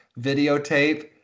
videotape